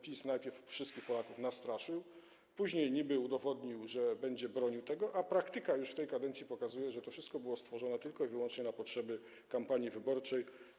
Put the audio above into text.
PiS najpierw wszystkich Polaków nastraszył, później niby udowodnił, że będzie tego bronił, a praktyka już w tej kadencji pokazuje, że to wszystko było stworzone tylko i wyłącznie na potrzeby kampanii wyborczej.